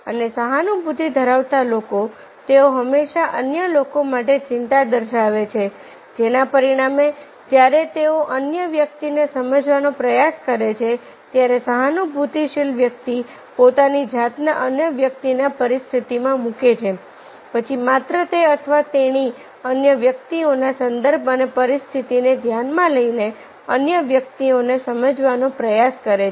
અને સહાનુભૂતિ ધરાવતા લોકો તેઓ હંમેશા અન્ય લોકો માટે ચિંતા દર્શાવે છે જેના પરિણામે જ્યારે તેઓ અન્ય વ્યક્તિને સમજવાનો પ્રયાસ કરે છે ત્યારે સહાનુભૂતિશીલ વ્યક્તિ પોતાની જાતને અન્ય વ્યક્તિના પરિસ્થિતિમાં મૂકે છે પછી માત્ર તે અથવા તેણી અન્ય વ્યક્તિઓના સંદર્ભ અને પરિસ્થિતિને ધ્યાનમાં લઈને અન્ય વ્યક્તિઓને સમજવાનો પ્રયાસ કરે છે